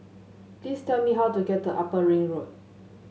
please tell me how to get to Upper Ring Road